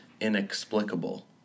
inexplicable